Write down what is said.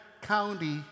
County